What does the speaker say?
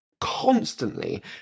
constantly